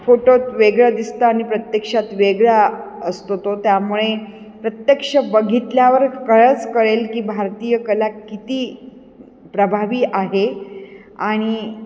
फोटोत वेगळं दिसतं आणि प्रत्यक्षात वेगळा असतो तो त्यामुळे प्रत्यक्ष बघितल्यावर कळच कळेल की भारतीय कला किती प्रभावी आहे आणि